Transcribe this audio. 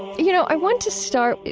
you know i want to start,